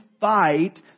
fight